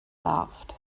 laughed